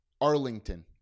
Arlington